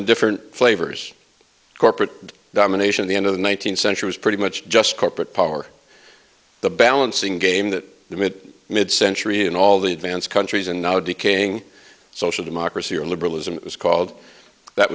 in different flavors corporate domination the end of the one nine hundred centuries pretty much just corporate power the balancing game that the mid mid century in all the advanced countries and now decaying social democracy or liberalism was called that